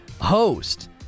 host